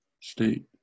state